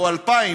או 2,000,